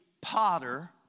potter